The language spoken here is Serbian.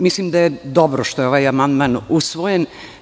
Mislim da je dobro što je ovaj amandman usvojen.